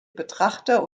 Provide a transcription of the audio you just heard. betrachter